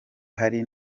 hari